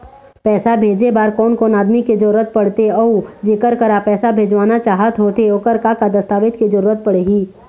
पैसा भेजे बार कोन कोन आदमी के जरूरत पड़ते अऊ जेकर करा पैसा भेजवाना चाहत होथे ओकर का का दस्तावेज के जरूरत पड़ही?